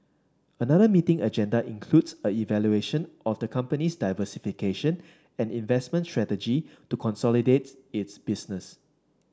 another meeting agenda includes a evaluation of the company's diversification and investment strategy to consolidate its business